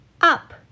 Up